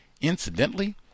incidentally